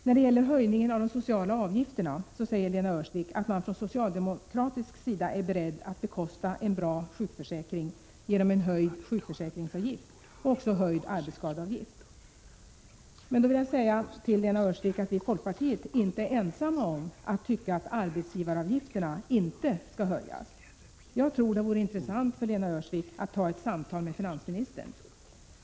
När det gäller höjningen av de sociala avgifterna säger Lena Öhrsvik att man från socialdemokratisk sida är beredd att bekosta en bra sjukförsäkring genom en höjning av sjukförsäkringsavgiften och också av arbetsskadeavgiften. Men då vill jag säga till Lena Öhrsvik att vi i folkpartiet inte är ensamma om att tycka att arbetsgivaravgifterna inte skall höjas. Jag tror det vore intressant för Lena Öhrsvik att ta ett samtal med finansministern.